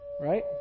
Right